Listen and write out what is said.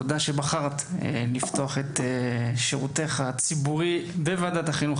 תודה שבחרת לפתוח את שירותך הציבורי בוועדת החינוך,